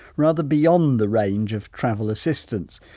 rather beyond the range of travel assistance.